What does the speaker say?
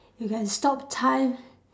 you can stop time